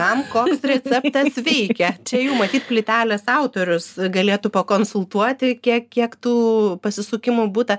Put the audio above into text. kam koks receptas veikia čia jų matyt plytelės autorius galėtų pakonsultuoti kiek kiek tų pasisukimų būta